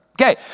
Okay